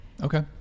okay